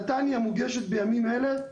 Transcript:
נתניה מוגשת בימים אלה.